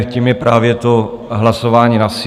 Tím je právě to hlasování na sílu.